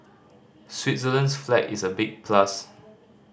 Switzerland's flag is a big plus